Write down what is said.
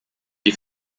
die